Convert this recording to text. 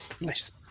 Nice